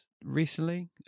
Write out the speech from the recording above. recently